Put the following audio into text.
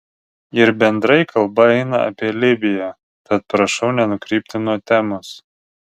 ir bendrai kalba eina apie libiją tad prašau nenukrypti nuo temos